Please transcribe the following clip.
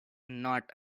not